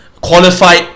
qualified